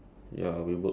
kind of